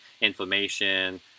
inflammation